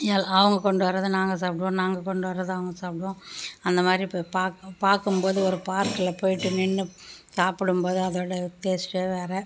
அவங்க கொண்டுவரதை நாங்கள் சாப்பிடுவோம் நாங்கள் கொண்டுவரதை அவங்க சாப்பிடுவோம் அந்த மாதிரி இப்போ பார்க்கும்போது ஒரு பார்க்கில் போய்விட்டு நின்று சாப்பிடும் போது அதோட டேஸ்டே வேறு